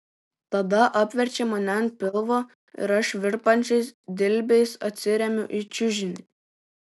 tada apverčia mane ant pilvo ir aš virpančiais dilbiais atsiremiu į čiužinį